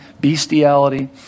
bestiality